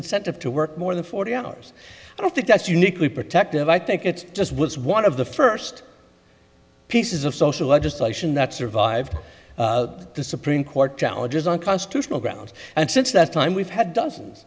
incentive to work more than forty hours i don't think that's uniquely protective i think it's just was one of the first pieces of social legislation that survived the supreme court challenges on constitutional grounds and since that time we've had dozens